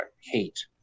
hate